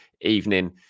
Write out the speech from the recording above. evening